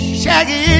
shaggy